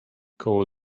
koło